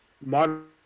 Modern